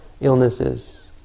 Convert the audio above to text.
illnesses